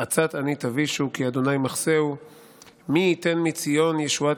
עצת עני תבִישו כי ה' מחסהו׃ מי יִתן מציון ישועת